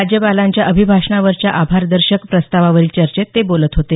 राज्यपालांच्या अभिभाषणावरच्या आभारदर्शक प्रस्तावावरील चर्चेत ते बोलत होते